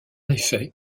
effet